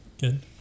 Good